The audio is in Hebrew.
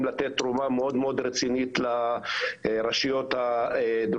לתת תרומה מאוד מאוד רצינית לרשויות הדרוזיות.